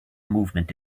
movement